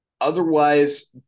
Otherwise